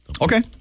Okay